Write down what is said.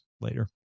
later